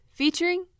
featuring